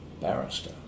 barrister